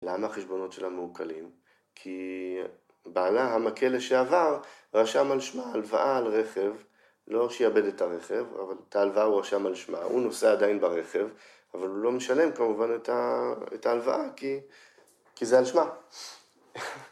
למה החשבונות שלה מעוקלים? כי בעלה המכה שעבר, רשם על שמה הלוואה על רכב, לא שיעבד את הרכב, אבל את ההלוואה הוא רשם על שמה. הוא נוסע עדיין ברכב, אבל הוא לא משלם כמובן את ההלוואה כי זה על שמה